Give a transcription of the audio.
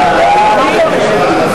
מי נגד?